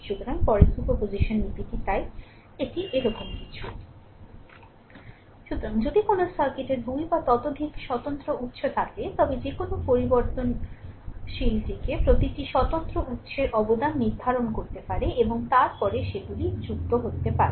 সুতরাং পরের সুপারপজিশন নীতিটি তাই এটি এরকম কিছু সুতরাং যদি কোনও সার্কিটের 2 বা ততোধিক স্বতন্ত্র উত্স থাকে তবে যে কোনও পরিবর্তনশীলটিতে প্রতিটি স্বতন্ত্র উত্সের অবদান নির্ধারণ করতে পারে এবং তারপরে সেগুলি যুক্ত করতে পারে